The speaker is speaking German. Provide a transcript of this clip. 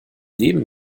leben